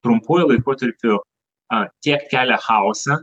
trumpuoju laikotarpiu a tiek kelia chaosą